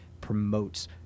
promotes